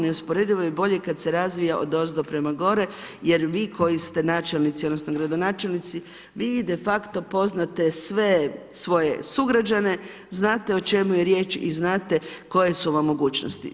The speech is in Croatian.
Neusporedivo je bolje kad se razvija odozdo prema gore, jer vi koji ste načelnici, odnosno gradonačelnici vi de facto poznate sve svoje sugrađane, znate o čemu je riječ i znate koje su vam mogućnosti.